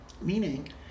Meaning